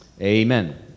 Amen